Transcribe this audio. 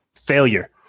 Failure